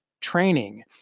training